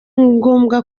ngombwa